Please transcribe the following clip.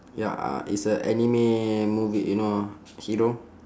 ya uh it's a anime movie you know hero